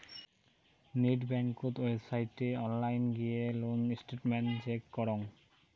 net বেংকত ওয়েবসাইটে online গিয়ে লোন স্টেটমেন্ট চেক করং